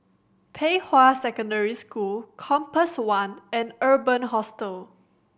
Pei Hwa Secondary School Compass One and Urban Hostel